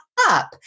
up